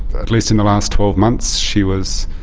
at least in the last twelve months she was